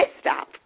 stop